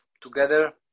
together